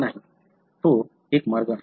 तो एक मार्ग आहे